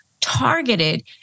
targeted